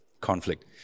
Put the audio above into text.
conflict